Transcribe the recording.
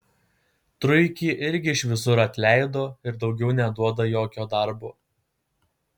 truikį irgi iš visur atleido ir daugiau neduoda jokio darbo